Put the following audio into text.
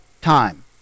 time